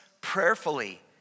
prayerfully